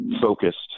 focused